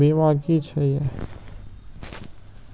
बीमा की छी ये?